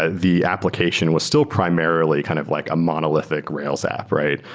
ah the application was still primarily kind of like a monolithic rails app, right?